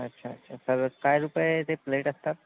अच्छा अच्छा तर काय रुपये ते प्लेट असतात